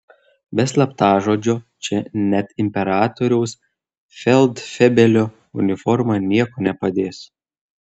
be slaptažodžio čia net imperatoriaus feldfebelio uniforma nieko nepadės